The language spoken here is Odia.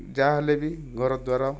ଯାହା ହେଲେ ବି ଘରଦ୍ୱାର